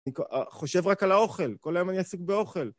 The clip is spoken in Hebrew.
אני חושב רק על האוכל. כל היום אני עסק באוכל.